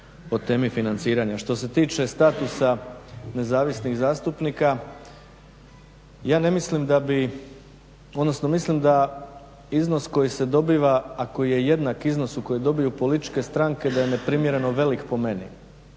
o temi financiranja. Što se tiče statusa nezavisnih zastupnika ja ne mislim da bi, odnosno mislim da iznos koji se dobiva, a koji je jednak iznosu koji dobiju političke stranke da je neprimjereno velik po meni.